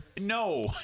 No